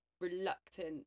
reluctant